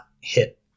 hit